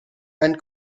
and